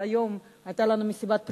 שהיום היתה לנו מסיבת פרידה,